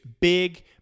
big